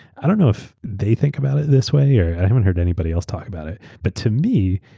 i don't know if they think about it this way or i haven't heard anybody else talk about it, but to me,